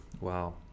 wow